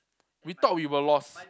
we thought we were lost